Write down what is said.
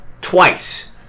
twice